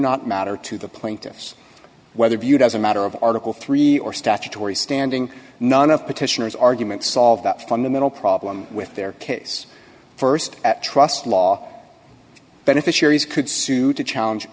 not matter to the plaintiffs whether viewed as a matter of article three or statutory standing none of petitioners arguments solve that fundamental problem with their case st trust law beneficiaries could sue to challenge